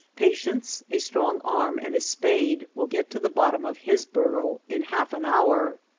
patience, a strong arm and a spade will get to the bottom of his burrow in half an hour.